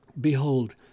Behold